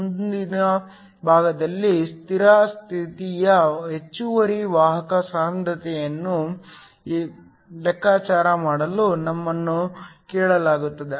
ಮುಂದಿನ ಭಾಗದಲ್ಲಿ ಸ್ಥಿರ ಸ್ಥಿತಿಯ ಹೆಚ್ಚುವರಿ ವಾಹಕ ಸಾಂದ್ರತೆಯನ್ನು ಲೆಕ್ಕಾಚಾರ ಮಾಡಲು ನಮ್ಮನ್ನು ಕೇಳಲಾಗುತ್ತದೆ